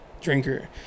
drinker